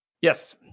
Yes